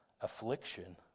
affliction